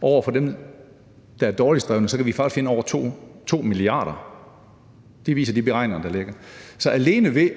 over for dem, der er dårligst drevne, kan vi faktisk finde over 2 mia. kr. – det viser de beregninger, der ligger. Så alene ved